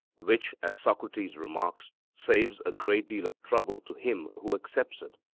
which, as socrates remarks, saves a great deal of trouble to him who accepts it.